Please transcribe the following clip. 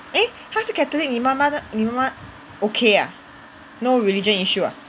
eh 她是 catholic 你妈妈你妈妈 okay ah no religion issue ah